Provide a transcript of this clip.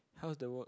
how's the work